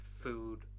food